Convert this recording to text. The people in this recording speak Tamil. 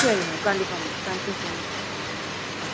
சரி மேம் கண்டிப்பாக ma'am thank you so much ma'am ஆ